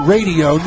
Radio